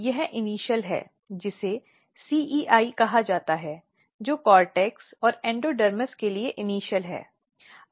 यह इनिशॅल है जिसे CEI कहा जाता है जो कोर्टेक्स और एंडोडर्मिस के लिए इनिशॅल है